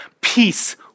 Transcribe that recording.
Peace